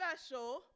special